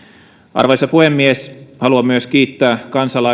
arvoisa puhemies haluan myös kiittää